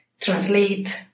translate